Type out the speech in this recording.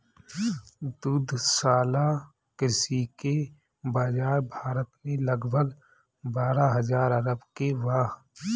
दुग्धशाला कृषि के बाजार भारत में लगभग बारह हजार अरब के बा